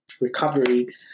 recovery